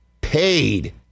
paid